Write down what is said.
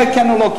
תענה כן או לא.